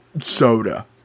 soda